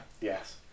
Yes